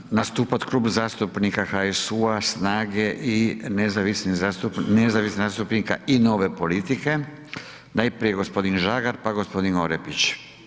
Sada će nastupati Klub zastupnika HSU-SNAGA-Nezavisnih zastupnika i Nove politike, najprije gospodin Žagar pa gospodin Orepić.